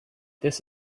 this